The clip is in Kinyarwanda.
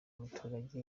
umuturage